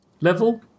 level